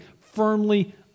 firmly